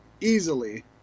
Easily